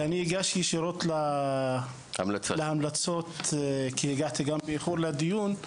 ואני אגש ישירות להמלצות כי הגעתי גם באיחור לדיון,